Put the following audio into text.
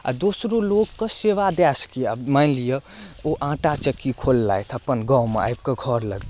आ दोसरो लोक के सेवा दए सकैया मानि लिअ ओ आटा चक्की खोललथि अपन गाँवमे आबि कऽ अपन घर लग